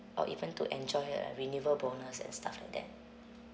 or even to enjoy a renewal bonus and stuff like that